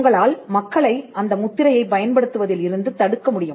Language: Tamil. உங்களால் மக்களை அந்த முத்திரையை பயன்படுத்துவதில் இருந்து தடுக்க முடியும்